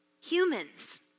humans